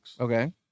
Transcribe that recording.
Okay